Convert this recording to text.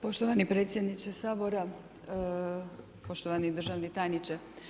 Poštovani predsjedniče Sabora, poštovani državni tajniče.